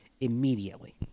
immediately